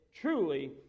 truly